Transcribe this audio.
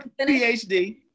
PhD